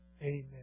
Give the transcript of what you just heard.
Amen